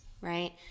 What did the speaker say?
right